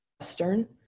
Western